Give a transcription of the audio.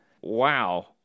wow